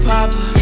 Papa